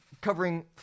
covering